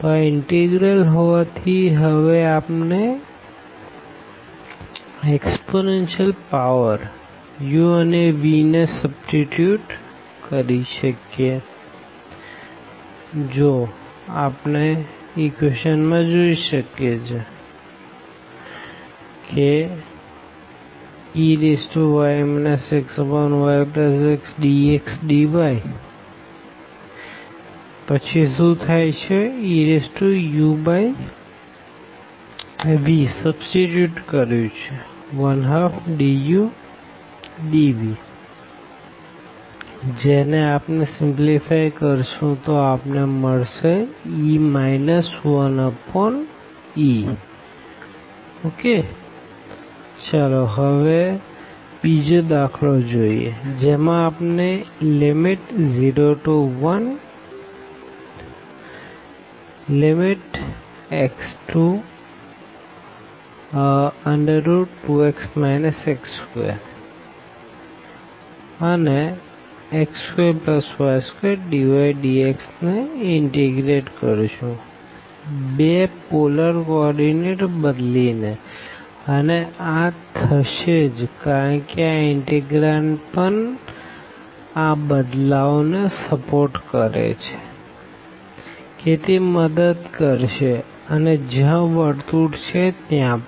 તો આ ઇનટેગરલ હોવાથી હવે આપણે ઘાતાંકીય પાવરu અને v ને સબસ્ટીટ્યુટ કરી શકીએ So Sey xyxdxdyTeuv12dudv 12v02u vveuvdudv 1202ve 1edv e 1e તો હવે બીજો દાખલો જોઈએ જેમાં આપણે 01x2x x2x2y2dydx ને ઇનટીગ્રેટ કરશું બે પોલર કો ઓર્ડીનેટ બદલી ને અને આ થશે જ કારણ કે આ ઇનટેગ્રાન્ડ પણ આ બદલાવ ને સપોર્ટ કરે છે કે તે મદદ કરશે અને જ્યાં સર્કલ છે ત્યાં પણ